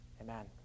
Amen